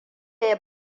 ya